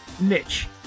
niche